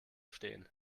stehen